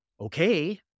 okay